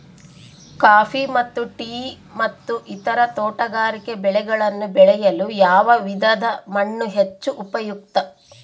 Coffee ಮತ್ತು tea ಮತ್ತು ಇತರ ತೋಟಗಾರಿಕೆ ಬೆಳೆಗಳನ್ನು ಬೆಳೆಯಲು ಯಾವ ವಿಧದ ಮಣ್ಣು ಹೆಚ್ಚು ಉಪಯುಕ್ತ?